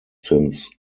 since